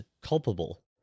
culpable